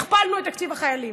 הכפלנו את תקציב החיילים,